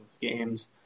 games